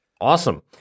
Awesome